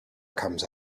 comes